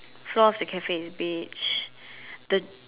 floor of the Cafe is beige the